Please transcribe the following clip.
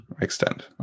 Extend